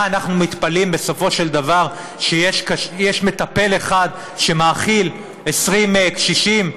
מה אנחנו מתפלאים בסופו של דבר שיש מטפל אחד שמאכיל 20 קשישים?